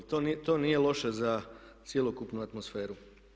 To nije loše za cjelokupnu atmosferu.